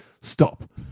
Stop